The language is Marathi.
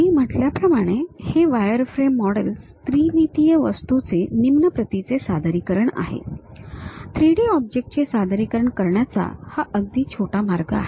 मी म्हटल्याप्रमाणे हे वायरफ्रेम मॉडेल्स त्रिमितीय वस्तूचे निम्न प्रतीचे सादरीकरण आहे थ्रीडी ऑब्जेक्टचे सादरीकरण करण्याचा हा अगदी छोटा मार्ग आहे